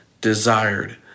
desired